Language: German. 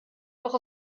doch